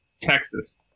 Texas